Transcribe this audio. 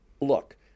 look